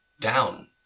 down